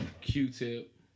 Q-Tip